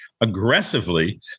aggressively